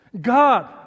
God